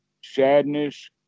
sadness